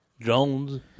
Jones